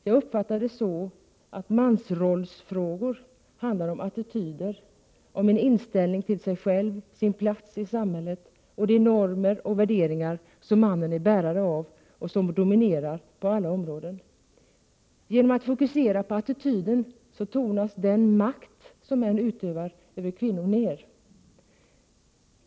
Jag uppfattar det så att mansrollsfrågor handlar om attityder, om en inställning till sig själv, sin plats i samhället och de normer och värderingar som mannen är bärare av och som dominerar på alla områden. Genom att fokusera attityder tonas den makt som män utövar över kvinnor ned.